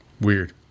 Weird